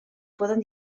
poden